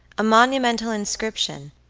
a monumental inscription,